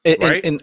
right